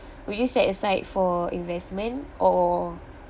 would you set aside for investment or